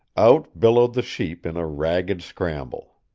out billowed the sheep in a ragged scramble.